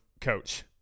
coach